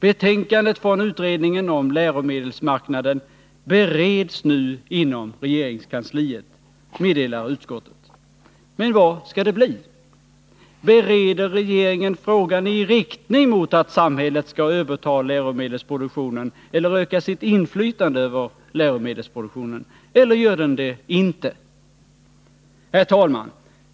Betänkandet från utredningen om läromedelsmarknaden bereds nu inom regeringskansliet, meddelar utskottet. Men vad skall det bli? Bereder regeringen frågan i riktning mot att samhället skall överta läromedelsproduktionen, öka sitt inflytande över den, eller gör den det inte? Herr talman!